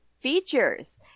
Features